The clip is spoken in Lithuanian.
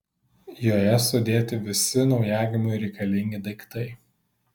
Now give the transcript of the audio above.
joje sudėti visi naujagimiui reikalingi daiktai